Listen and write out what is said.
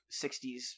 60s